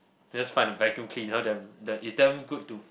just find the vacuum cleaner then then it's damn good to